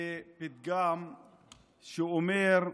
בפתגם שאומר: